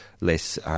less